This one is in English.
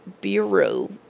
Bureau